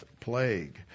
plague